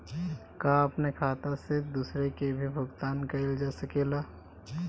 का अपने खाता से दूसरे के भी भुगतान कइल जा सके ला?